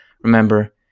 remember